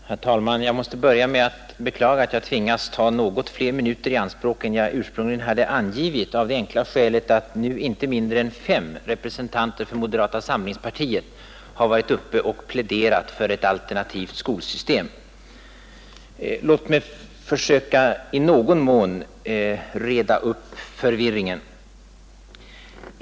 Herr talman! Jag måste börja med att beklaga att jag tvingas ta några fler minuter i anspråk än jag ursprungligen hade angivit, av det enkla skälet att nu inte mindre än fem representanter för moderata samlingspartiet har varit uppe och pläderat för ett alternativt skolsystem. Låt mig försöka att i någon mån reda upp förvirringen.